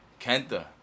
Kenta